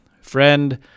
Friend